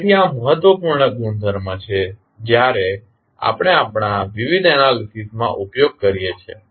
તેથી આ મહત્વપૂર્ણ ગુણધર્મ છે જ્યારે આપણે આપણા વિવિધ એનાલીસીસમાં ઉપયોગ કરીએ છીએ